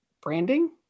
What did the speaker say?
branding